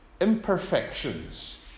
imperfections